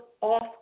off